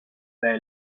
their